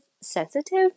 sensitive